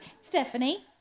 Stephanie